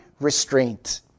restraint